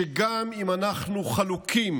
שגם אם אנחנו חלוקים